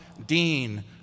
Dean